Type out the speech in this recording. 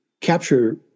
capture